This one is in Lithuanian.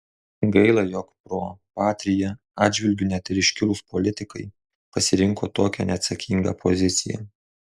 gaila jog pro patria atžvilgiu net ir iškilūs politikai pasirinko tokią neatsakingą poziciją